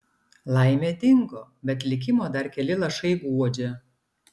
laimė dingo bet likimo dar keli lašai guodžia